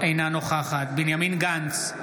אינה נוכחת בנימין גנץ,